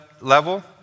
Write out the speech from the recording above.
level